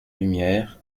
lumière